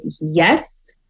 yes